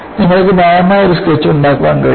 നിങ്ങൾക്ക് ന്യായമായ ഒരു സ്കെച്ച് ഉണ്ടാക്കാൻ കഴിയും